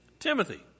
Timothy